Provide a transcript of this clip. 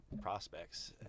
prospects